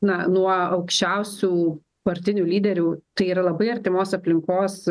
na nuo aukščiausių partinių lyderių tai yra labai artimos aplinkos